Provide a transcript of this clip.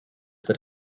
that